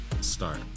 start